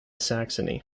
saxony